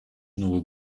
новый